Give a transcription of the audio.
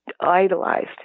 idolized